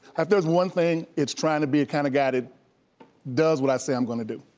if there's one thing, it's trying to be a kind of guy that does what i say i'm gonna do.